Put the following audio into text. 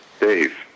Dave